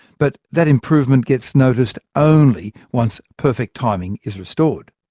but that improvement gets noticed only once perfect timing is restored.